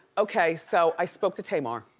okay, so i spoke to tamar.